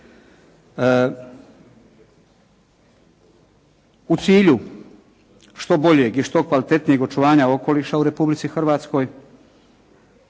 U cilju što boljeg i što kvalitetnijeg očuvanja okoliša u Republici Hrvatskoj